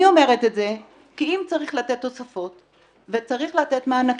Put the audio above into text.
אני אומרת את זה כי אם צריך לתת תוספות וצריך לתת מענקים,